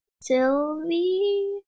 Sylvie